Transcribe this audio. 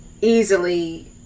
easily